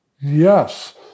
Yes